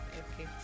okay